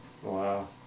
Wow